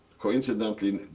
coincidentally,